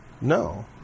No